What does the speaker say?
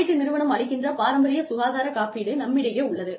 காப்பீட்டு நிறுவனம் அளிக்கின்ற பாரம்பரிய சுகாதார காப்பீடு நம்மிடையே உள்ளது